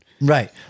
Right